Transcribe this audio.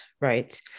right